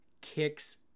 kicks